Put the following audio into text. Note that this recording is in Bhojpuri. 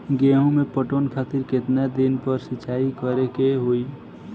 गेहूं में पटवन खातिर केतना दिन पर सिंचाई करें के होई?